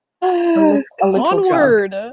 Onward